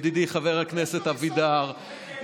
ידידי חבר הכנסת אבידר,